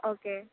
okay